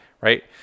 Right